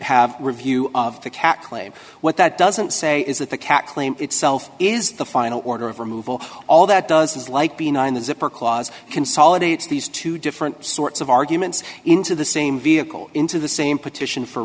have review of the cat claim what that doesn't say is that the cat claim itself is the final order of removal all that does is like being on the zipper clause consolidates these two different sorts of arguments into the same vehicle into the same petition for